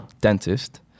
dentist